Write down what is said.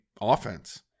offense